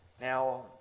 Now